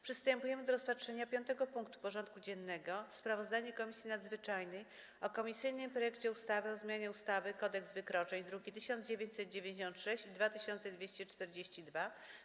Przystępujemy do rozpatrzenia punktu 5. porządku dziennego: Sprawozdanie Komisji Nadzwyczajnej o komisyjnym projekcie ustawy o zmianie ustawy Kodeks wykroczeń (druki nr 1996 i 2242)